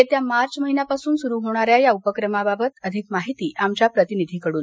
येत्या मार्च महिन्यापासून सुरू होणाऱ्या या उपक्रमाबाबत अधिक माहिती आमच्या प्रतिनिधीकडून